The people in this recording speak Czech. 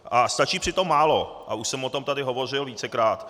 A stačí přitom málo a už jsem o tom hovořil vícekrát.